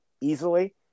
easily